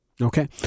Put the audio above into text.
Okay